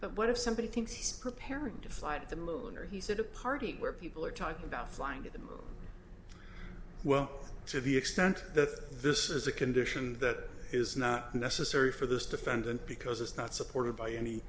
but what if somebody thinks he's preparing to fly to the moon or he said a party where people are talking about flying to the moon well to the extent that this is a condition that is not necessary for this defendant because it's not supported by any